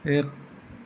এক